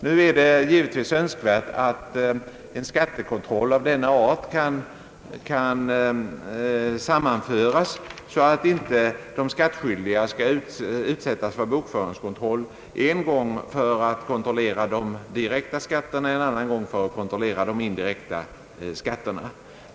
Nu är det givetvis önskvärt att skattekontroller av denna art kan sammanföras, så att inte en skattskyldig utsättes för bokföringskontroll en gång beträffande de direkta skatterna och en annan gång beträffande de indirekta skatterna.